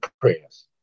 prayers